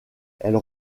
elles